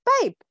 babe